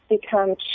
become